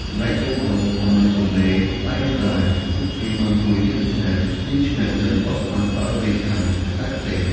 ចំណែកកូនៗក៏មិនទំនេរដៃនោះដែរ ពួកគេបានជួយលាងចាន លាងឆ្នាំង និងបោសសម្អាតបរិវេណខាងក្រៅផ្ទះ។